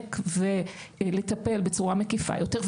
להיאבק ולטפל בצורה מקיפה יותר.